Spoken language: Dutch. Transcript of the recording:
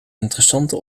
interessante